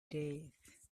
days